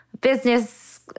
business